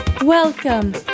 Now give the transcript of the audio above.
Welcome